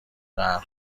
غرق